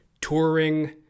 touring